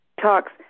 Talks